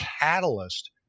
catalyst